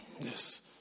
Yes